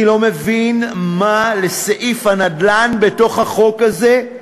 אני לא מבין מה לסעיף הנדל"ן בתוך החוק הזה,